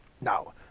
Now